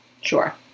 Sure